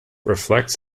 reflects